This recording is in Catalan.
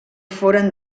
foren